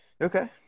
Okay